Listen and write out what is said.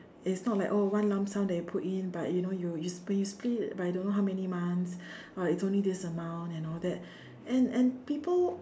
it's not like oh one lump sum that you put in but you know you you when you split it by don't know how many months oh it's only this amount and all that and and people